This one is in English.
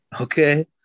Okay